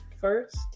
first